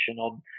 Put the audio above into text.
on